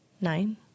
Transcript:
Nine